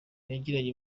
yagiranye